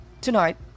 Tonight